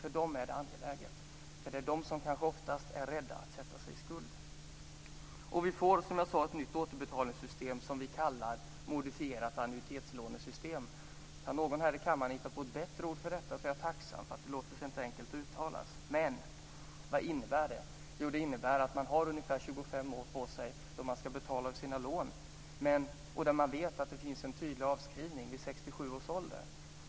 För dem är det angeläget. Det är de som kanske oftast är rädda för att sätta sig i skuld. Vi får, som jag sade, ett nytt återbetalningssystem som vi kallar modifierat annuitetslånesystem. Kan någon här i kammaren hitta på ett bättre ord för detta är jag tacksam. Det låter sig inte enkelt uttalas. Vad innebär det? Jo, det inenbär att man har ungefär 25 år på sig att betala sina lån. Man vet också att det finns en tydlig avskrivning vid 67 års ålder.